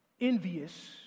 envious